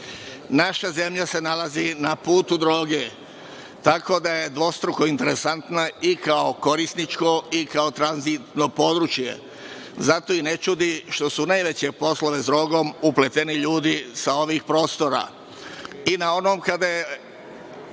zemlja se nalazi na putu droge, tako da je dvostruko interesantna i kao korisničko i kao tranzitno područje. Zato i ne čudi što su u najveće poslove s drogom upleteni ljudi sa ovih prostora, i na onom kada je